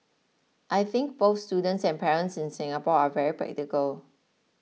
I think both students and parents in Singapore are very practical